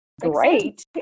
great